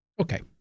Okay